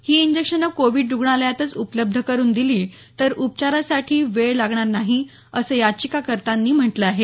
ही injection Covid रुग्णालयातच उपलब्ध करून दिली तर उपचारासाठी वेळ लागणार नाही असं याचिकाकत्यांनी म्हटलं आहे